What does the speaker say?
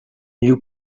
new